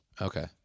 Okay